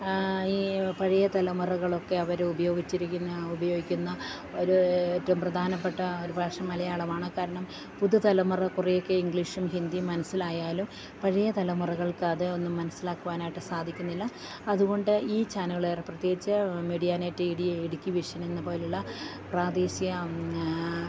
ഈ പഴയ തലമുറകളൊക്കെ അവർ ഉപയോഗിച്ചിരിക്കുന്ന ഉപയോഗിക്കുന്ന ഒരു ഏറ്റവും പ്രധാനപ്പെട്ട ഒരു ഭാഷ മലയാളമാണ് കാരണം പുതു തലമുറ കുറെയൊക്കെ ഇംഗ്ലീഷും ഹിന്ദിയും മനസ്സിലായാലും പഴയ തലമുറകൾക്ക് അത് ഒന്നും മനസ്സിലാക്കുവാനായിട്ട് സാധിക്കുന്നില്ല അതുകൊണ്ട് ഈ ചാനലുകൾ പ്രത്യേകിച്ച് മീഡിയാ നെറ്റ് ഇടുക്കി വിഷൻ എന്ന പോലുള്ള പ്രാദേശിക